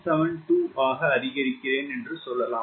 772 ஆக அதிகரிக்கிறேன் என்று சொல்லலாம்